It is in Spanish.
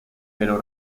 pero